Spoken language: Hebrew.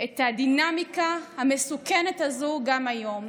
את הדינמיקה המסוכנת הזו גם היום.